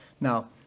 Now